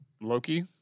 Loki